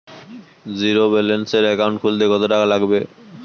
জিরোব্যেলেন্সের একাউন্ট খুলতে কত টাকা লাগবে?